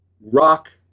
rock